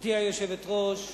גברתי היושבת-ראש,